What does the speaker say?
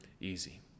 easy